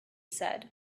said